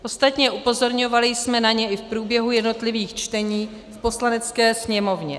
Ostatně upozorňovali jsme na ně i v průběhu jednotlivých čtení v Poslanecké sněmovně.